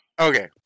Okay